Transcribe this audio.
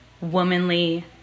womanly